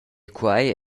quei